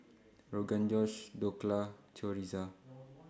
Rogan Josh Dhokla Chorizo